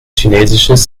chinesisches